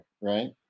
right